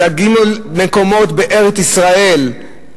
שג' מקומות בארץ-ישראל,